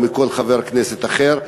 או מכל חבר כנסת אחר.